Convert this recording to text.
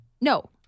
No